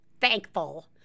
thankful